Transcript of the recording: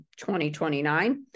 2029